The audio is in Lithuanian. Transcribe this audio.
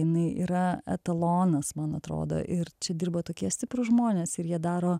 jinai yra etalonas man atrodo ir čia dirba tokie stiprūs žmonės ir jie daro